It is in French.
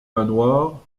manoirs